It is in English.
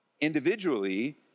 individually